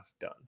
done